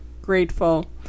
grateful